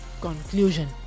conclusion